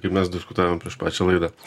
kaip mes diskutavom prieš pačią laidą